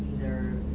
either